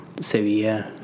Sevilla